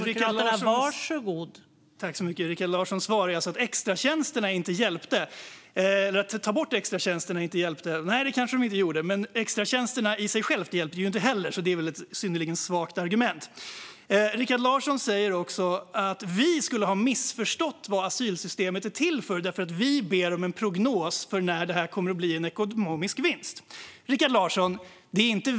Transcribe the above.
Fru talman! Rikard Larssons svar är alltså att det inte hjälper att ta bort extratjänsterna. Nej, det är möjligt. Men extratjänsterna i sig själva hjälpte ju inte heller, så det är ett synnerligen svagt argument. Rikard Larsson säger också att vi skulle missförstått vad asylsystemet är till för eftersom vi ber om en prognos när detta kommer att bli en ekonomisk vinst.